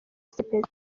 sepetu